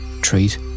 treat